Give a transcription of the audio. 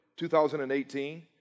2018